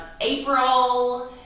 April